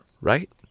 right